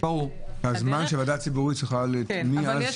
אבל יש